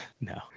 no